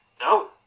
No